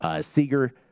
Seeger